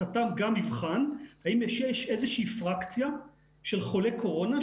הצט"ם גם יבחן האם יש איזושהי פרקציה של חולי קורונה,